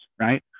right